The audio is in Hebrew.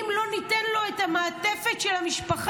אם לא ניתן לו את המעטפת של המשפחה